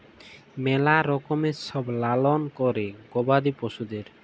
ম্যালা রকমের সব লালল ক্যরে গবাদি পশুদের